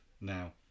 now